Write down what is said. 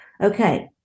Okay